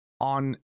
on